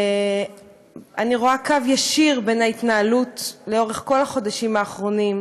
אני רואה קו ישיר בין ההתנהלות לאורך כל החודשים האחרונים,